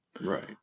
Right